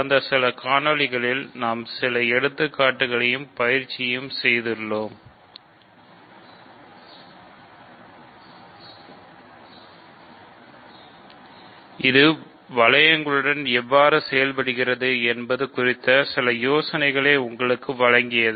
கடந்த சில காணொளிக்களில் நாம் சில எடுத்துக்காட்டுகளையும் பயிற்சிகளையும் செய்துள்ளோம் இது வளையங்களுடன் எவ்வாறு செயல்படுவது என்பது குறித்த சில யோசனைகளை உங்களுக்கு வழங்கியது